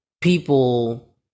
people